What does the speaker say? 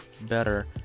better